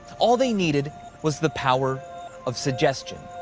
all they needed was the power of suggestion.